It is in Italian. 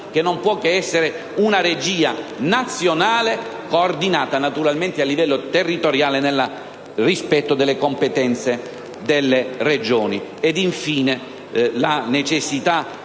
che non può che essere nazionale, coordinata, naturalmente, a livello territoriale, nel rispetto delle competenze delle Regioni.